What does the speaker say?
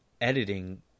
editing